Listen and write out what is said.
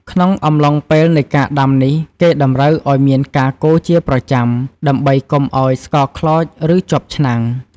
ក្នុងអំឡុងពេលនៃការដាំនេះ គេតម្រូវឲ្យមានការកូរជាប្រចាំ ដើម្បីកុំឲ្យស្ករខ្លោច ឬជាប់ឆ្នាំង។